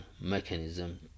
mechanism